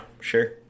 sure